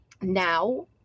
now